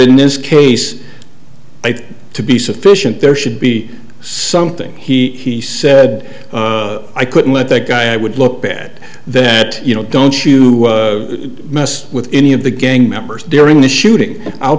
in this case i think to be sufficient there should be something he said i couldn't let that guy i would look bad that you know don't mess with any of the gang members during the shooting i'll